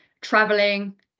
traveling